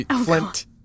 Flint